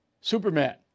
Superman